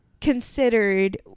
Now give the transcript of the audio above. considered